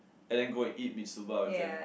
and then go and eat Mitsuba with them